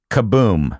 Kaboom